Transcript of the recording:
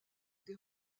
des